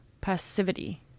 passivity